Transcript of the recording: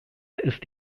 ist